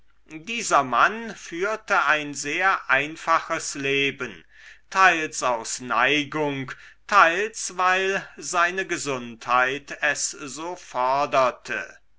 dieser mann führte ein sehr einfaches leben teils aus neigung teils weil seine gesundheit es so forderte